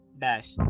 dash